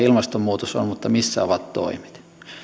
ilmastonmuutos on mutta missä ovat toimet